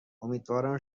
امیدوارم